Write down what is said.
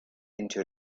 into